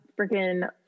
freaking